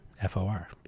F-O-R